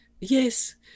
Yes